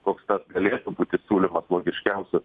koks galėtų būti siūlymas logiškiausias